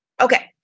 Okay